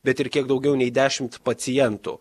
bet ir kiek daugiau nei dešimt pacientų